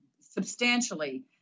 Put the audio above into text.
substantially